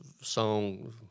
song